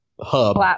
hub